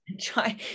try